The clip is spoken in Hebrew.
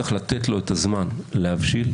צריך לתת לו את הזמן להבשיל,